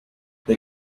the